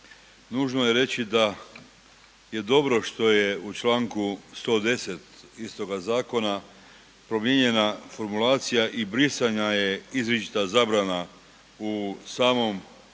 nužno je reći da je dobro što je u članku 110. istoga zakona promijenjena formulacija i brisanja je izričita zabrana u samom